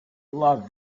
love